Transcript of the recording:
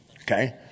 Okay